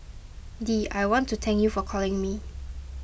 Dee I want to thank you for calling me